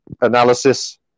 analysis